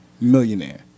Millionaire